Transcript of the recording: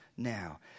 now